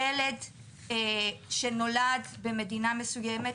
ילד שנולד במדינה מסוימת,